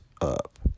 up